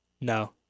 No